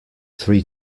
three